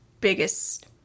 biggest